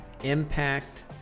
impact